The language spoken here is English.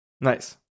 Nice